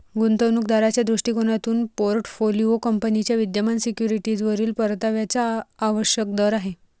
गुंतवणूक दाराच्या दृष्टिकोनातून पोर्टफोलिओ कंपनीच्या विद्यमान सिक्युरिटीजवरील परताव्याचा आवश्यक दर आहे